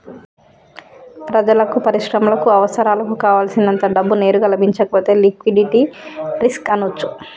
ప్రజలకు, పరిశ్రమలకు అవసరాలకు కావల్సినంత డబ్బు నేరుగా లభించకపోతే లిక్విడిటీ రిస్క్ అనొచ్చు